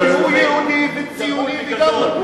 גם הוא יהודי וציוני וגם הוא,